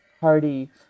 party